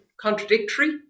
contradictory